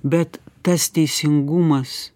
bet tas teisingumas